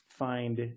find